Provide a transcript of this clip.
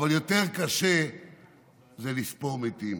אבל יותר קשה לספור מתים.